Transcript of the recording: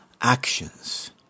actions